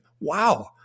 Wow